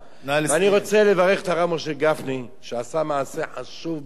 אני רוצה לברך את הרב משה גפני שעשה מעשה חשוב ביותר.